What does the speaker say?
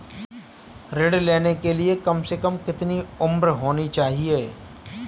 ऋण लेने के लिए कम से कम कितनी उम्र होनी चाहिए?